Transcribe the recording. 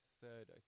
third